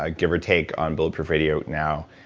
ah give or take, on bulletproof radio now.